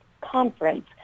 Conference